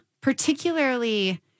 particularly